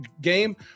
game